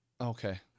okay